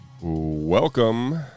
Welcome